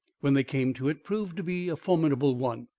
when they came to it, proved to be a formidable one.